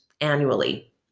annually